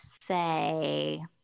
say